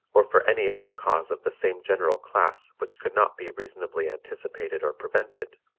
or for any other cause of the same general class which could not be reasonably anticipated or prevented,